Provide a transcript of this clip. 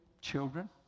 children